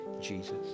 jesus